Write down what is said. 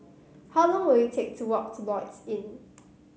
how long will it take to walk to Lloyds Inn